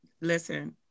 Listen